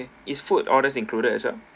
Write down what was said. is food orders included as well